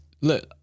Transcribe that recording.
Look